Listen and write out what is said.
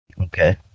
Okay